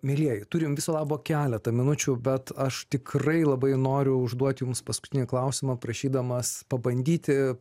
mielieji turim viso labo keletą minučių bet aš tikrai labai noriu užduot jums paskutinį klausimą prašydamas pabandyti